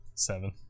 seven